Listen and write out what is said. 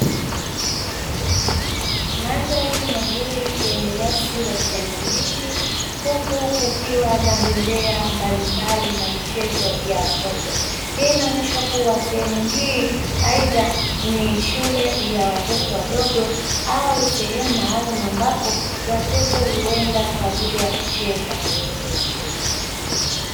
Mandhari mazuri yenye nyasi za kijani kibichi huku kukiwa na bembea mbalimbali na michezo ya watoto. Hii inaonyesha kuwa sehemu hii aidha ni shule ya watoto wadogo au sehemu maalumu ambapo watoto huenda kwa ajili ya kucheza.